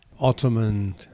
Ottoman